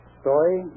story